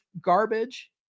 garbage